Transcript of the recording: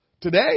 today